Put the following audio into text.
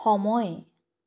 সময়